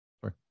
sorry